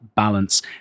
balance